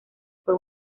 fue